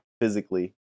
physically